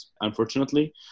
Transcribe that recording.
unfortunately